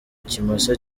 ikimasa